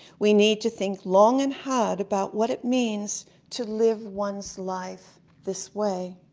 we need to think long and hard about what it means to live one's life this way.